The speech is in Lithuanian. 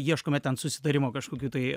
ieškome ten susitarimo kažkokių tai